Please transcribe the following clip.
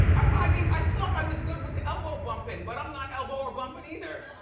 i mean, i thought i was good with the elbow bumpin', but i'm not elbow or bumpin' either.